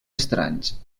estranys